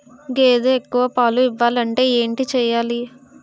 గేదె ఎక్కువ పాలు ఇవ్వాలంటే ఏంటి చెయాలి?